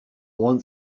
want